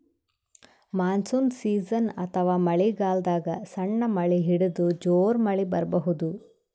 monsoon season ಅಥವಾ ಮಳಿಗಾಲದಾಗ್ ಸಣ್ಣ್ ಮಳಿ ಹಿಡದು ಜೋರ್ ಮಳಿ ಬರಬಹುದ್